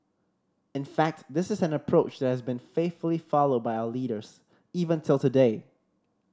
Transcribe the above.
in fact this is an approach that has been faithfully followed by our leaders even till today